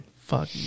Fuck